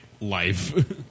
life